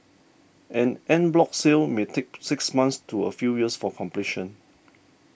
an en bloc sale may take six months to a few years for completion